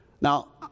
Now